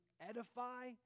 edify